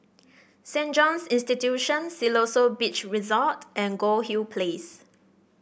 Saint Joseph's Institution Siloso Beach Resort and Goldhill Place